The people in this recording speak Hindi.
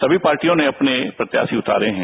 समी पार्टियों ने अपने प्रत्याशी उतारे हैं